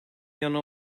yana